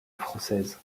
française